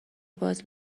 باز